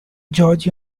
george